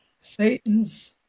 Satan's